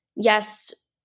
Yes